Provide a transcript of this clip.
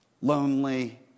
lonely